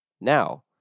Now